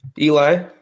Eli